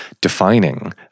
defining